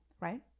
right